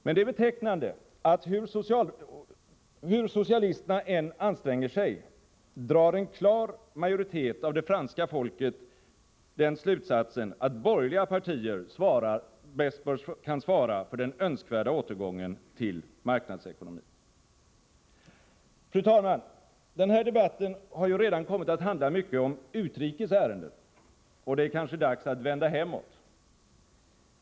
Men det är betecknande att hur socialisterna än anstränger sig, drar en klar majoritet av det franska folket den slutsatsen att borgerliga partier bäst kan svara för den önskvärda återgången till marknadsekonomin. Fru talman! Den här debatten har ju redan kommit att handla mycket om utrikes ärenden, och det är kanske dags att vända hemåt.